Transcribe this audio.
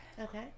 okay